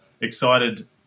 excited